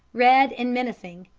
red and menacing.